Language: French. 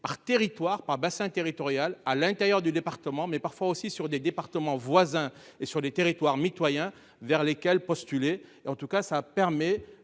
territoire par bassin territorial à l'intérieur du département mais parfois aussi sur des départements voisins et sur les territoires mitoyens vers lesquels. Et en tout cas, ça permet